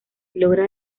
logra